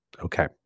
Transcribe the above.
okay